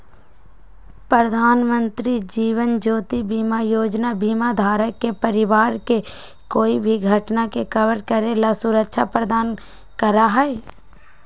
प्रधानमंत्री जीवन ज्योति बीमा योजना बीमा धारक के परिवार के कोई भी घटना के कवर करे ला सुरक्षा प्रदान करा हई